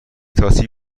تاکسی